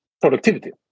productivity